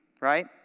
right